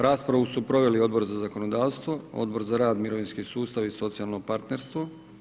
Raspravu su proveli Odbor za zakonodavstvo, Odbor za rad, mirovinski sustav i socijalno partnerstvo.